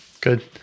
good